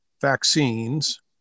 Vaccines